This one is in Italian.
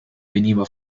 veniva